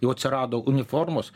jau atsirado uniformos